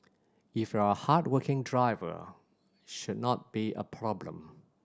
if you're a hard working driver should not be a problem